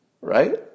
right